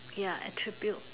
ya attribute